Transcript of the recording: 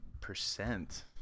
percent